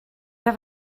have